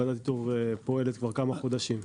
ועדת האיתור פועלת כבר כמה חודשים.